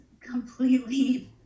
completely